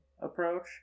approach